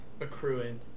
accruing